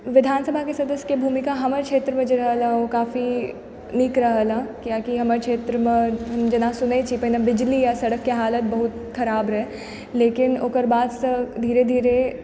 विधानसभाके सदस्यके भूमिका हमर क्षेत्र मे जे रहल ओ काफी निक रहल हँ कियाकि हमर क्षेत्रमे जेना सुनय छी पहिने जे बिजली आ सड़कके हालत बहुत खराब रहै लेकिन ओकर बादसँ धीरे धीरे